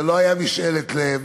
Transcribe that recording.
זה לא היה משאלת לב,